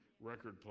record